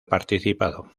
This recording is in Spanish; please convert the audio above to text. participado